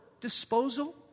disposal